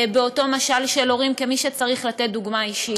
באותו משל של הורים כמי שצריך לתת דוגמה אישית.